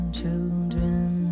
children